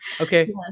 Okay